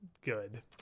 good